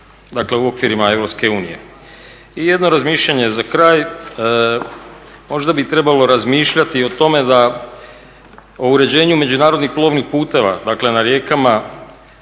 dakle u okvirima Europske unije. I jedno razmišljanje za kraj, možda bi trebalo razmišljati i o tome da o uređenju međunarodnih plovnih putova dakle na rijekama